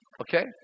okay